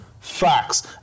facts